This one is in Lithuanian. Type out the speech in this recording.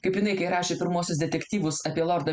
kaip jinai kai rašė pirmuosius detektyvus apie lordą